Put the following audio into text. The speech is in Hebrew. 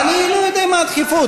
אני לא יודע מה הדחיפות.